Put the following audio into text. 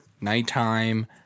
nighttime